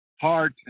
hard